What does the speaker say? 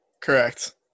correct